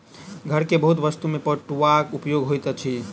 घर के बहुत वस्तु में पटुआक उपयोग होइत अछि